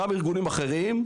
גם ארגונים אחרים,